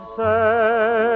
say